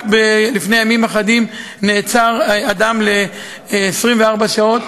רק לפני ימים אחדים נעצר אדם ל-24 שעות,